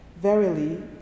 Verily